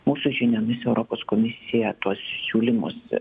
mūsų žiniomis europos komisija tuos siūlymus